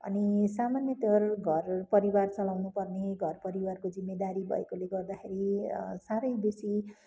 अनि सामान्यत घरपरिवार चलाउनुपर्ने घरपरिवारको जिम्मेदारी भएकोले गर्दाखेरि साह्रै बेसी